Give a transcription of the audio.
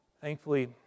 Thankfully